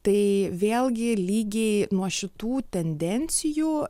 tai vėlgi lygiai nuo šitų tendencijų